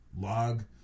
log